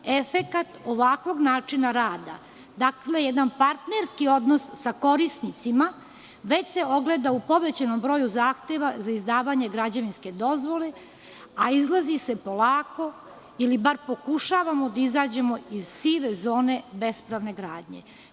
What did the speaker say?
Efekat ovakvog načina rada, jedan partnerski odnos sa korisnicima, već se ogleda u povećanom broju zahteva za izdavanje građevinske dozvole, a izlazi se polako, ili bar pokušavamo da izađemo iz sive zone bespravne gradnje.